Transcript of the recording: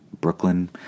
Brooklyn